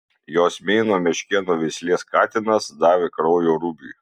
jos meino meškėno veislės katinas davė kraujo rubiui